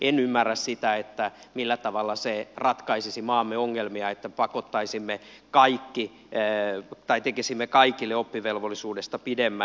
en ymmärrä sitä millä tavalla se ratkaisisi maamme ongelmia että tekisimme kaikille oppivelvollisuudesta pidemmän